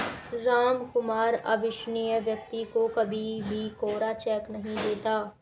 रामकुमार अविश्वसनीय व्यक्ति को कभी भी कोरा चेक नहीं देता